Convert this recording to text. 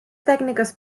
tècniques